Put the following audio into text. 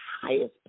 highest